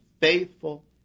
faithful